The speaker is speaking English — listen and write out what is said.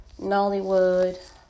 Nollywood